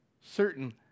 Certain